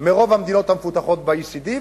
מהאחוז ברוב המדינות המפותחות ב-OECD,